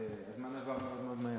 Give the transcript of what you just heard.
אבל הזמן עבר מאוד מאוד מהר.